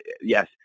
yes